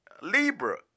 Libra